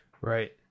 Right